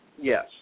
Yes